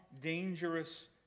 dangerous